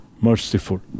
merciful